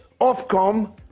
Ofcom